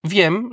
Wiem